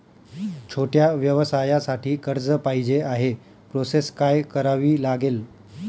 छोट्या व्यवसायासाठी कर्ज पाहिजे आहे प्रोसेस काय करावी लागेल?